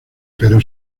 pero